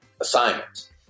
assignment